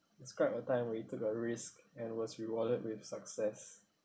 describe a time when you took a risk and was rewarded with success